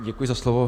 Děkuji za slovo.